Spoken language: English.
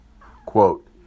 Quote